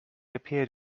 appeared